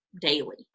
daily